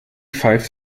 pfeift